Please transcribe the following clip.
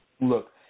look